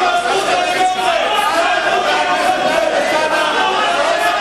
חבר הכנסת טלב אלסאנע.